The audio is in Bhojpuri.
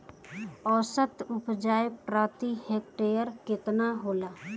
औसत उपज प्रति हेक्टेयर केतना होला?